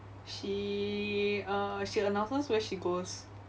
she uh she announces where she goes